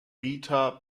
rita